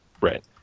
Right